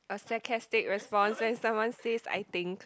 a sarcastic response when someone says I thinks